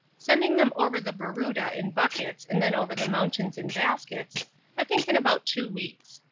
sending them over the barooda in buckets and then over the mountains in baskets i think in about two weeks.